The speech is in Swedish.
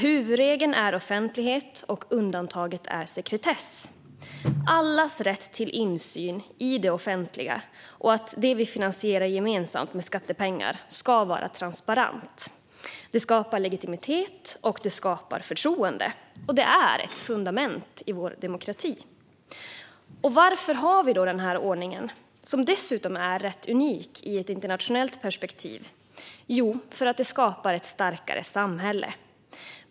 Huvudregeln är offentlighet, och undantaget är sekretess. Alla har rätt till insyn i det offentliga, och det vi finansierar gemensamt med skattepengar ska vara transparent. Det skapar legitimitet, och det skapar förtroende. Det är ett fundament i vår demokrati. Varför har vi den här ordningen, som dessutom är ganska unik i ett internationellt perspektiv? Jo, det har vi för att det skapar ett starkare samhälle.